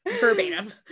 verbatim